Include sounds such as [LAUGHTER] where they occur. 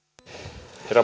herra [UNINTELLIGIBLE]